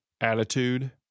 attitude